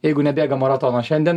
jeigu nebėga maratono šiandien